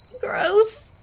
Gross